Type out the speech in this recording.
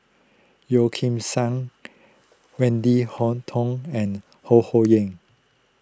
Yeo Kim Seng Wendy Hutton and Ho Ho Ying